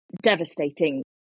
devastating